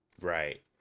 Right